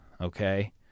okay